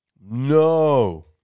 No